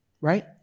right